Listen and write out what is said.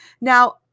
Now